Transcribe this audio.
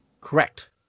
correct